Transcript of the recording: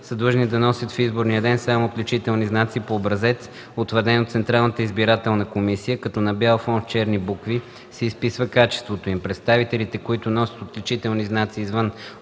са длъжни да носят в изборния ден само отличителни знаци по образец, утвърден от Централната избирателна комисия, като на бял фон с черни букви се изписва качеството им. Представителите, които носят отличителни знаци извън